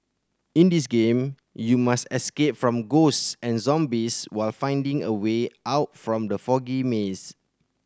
in this game you must escape from ghost and zombies while finding a way out from the foggy maze